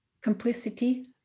complicity